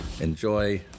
enjoy